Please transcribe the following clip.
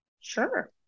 sure